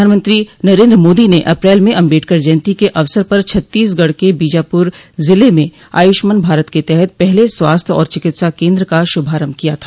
प्रधानमंत्री नरेन्द्र मोदी ने अप्रैल में अम्बेडकर जयंती के अवसर पर छत्तीसगढ़ के बीजाप्र जिले में आय्ष्मान भारत के तहत पहले स्वास्थ्य और चिकित्सा केन्द्र का श्भारम्भ किया था